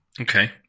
Okay